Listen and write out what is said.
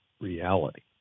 reality